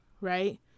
Right